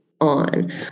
on